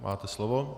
Máte slovo.